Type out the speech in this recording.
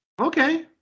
Okay